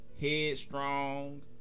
headstrong